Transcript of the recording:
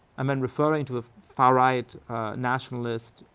and then referring to a far right nationalist,